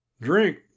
Drink